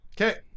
okay